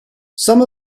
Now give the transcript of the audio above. some